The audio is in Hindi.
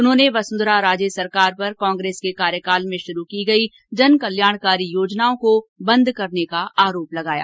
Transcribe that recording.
उन्होंने वसुंधरा राजे सरकार पर कांग्रेस के कार्यकाल में शुरू की गई जन कल्याणकारी योजनाओं को बंद करने का आरोप लगाया